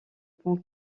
pont